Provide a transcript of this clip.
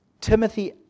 Timothy